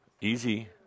Easy